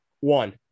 one